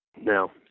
No